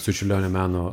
su čiurlionio meno